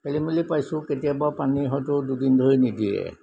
খেলিমেলি পাইছোঁ কেতিয়াবা পানী হয়তো দুদিন ধৰি নিদিয়ে